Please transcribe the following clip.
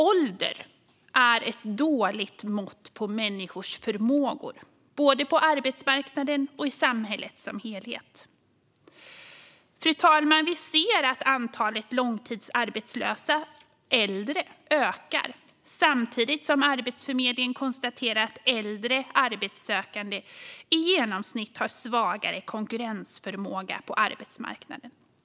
Ålder är ett dåligt mått på människors förmågor, både på arbetsmarknaden och i samhället som helhet. Fru talman! Vi ser att antalet långtidsarbetslösa äldre ökar samtidigt som Arbetsförmedlingen konstaterar att äldre arbetssökande i genomsnitt har svagare konkurrensförmåga på arbetsmarknaden.